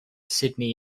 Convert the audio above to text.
sydney